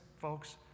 folks